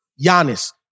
Giannis